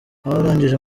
abarangije